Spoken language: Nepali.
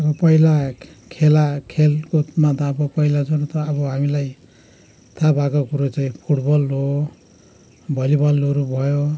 पहिला खेला खेलकुदमा त अब पहिला सुरु त अब हामीलाई थाहा भएको कुरो चाहिँ फुटबल हो भलिबलहरू भयो